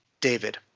David